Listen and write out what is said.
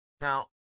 Now